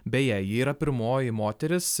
beje ji yra pirmoji moteris